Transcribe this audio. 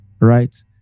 right